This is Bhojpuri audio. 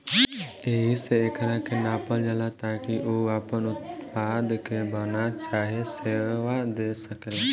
एहिसे एकरा के नापल जाला ताकि उ आपना उत्पाद के बना चाहे सेवा दे सकेला